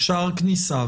שער כניסה,